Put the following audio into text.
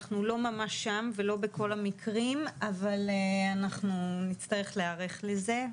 אנחנו לא ממש שם ולא בכל המקרים אבל אנחנו נצטרך להיערך לזה.